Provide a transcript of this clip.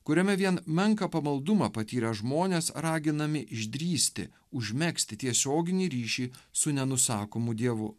kuriame vien menką pamaldumą patyrę žmonės raginami išdrįsti užmegzti tiesioginį ryšį su nenusakomu dievu